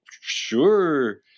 sure